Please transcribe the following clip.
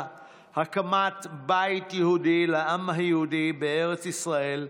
הקמת בית יהודי לעם היהודי בארץ ישראל,